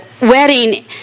wedding